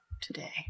today